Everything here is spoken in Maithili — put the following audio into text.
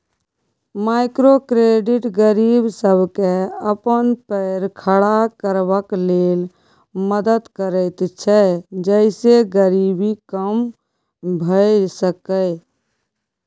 माइक्रो क्रेडिट गरीब सबके अपन पैर खड़ा करबाक लेल मदद करैत छै जइसे गरीबी कम भेय सकेए